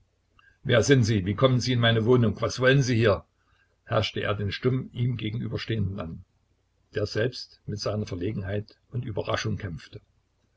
wer sind sie wie kommen sie in meine wohnung was wollen sie hier herrschte er den stumm ihm gegenüberstehenden an der selbst mit seiner verlegenheit und überraschung kämpfte